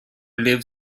lived